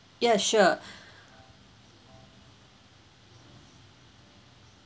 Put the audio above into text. ya sure